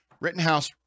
Rittenhouse